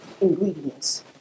ingredients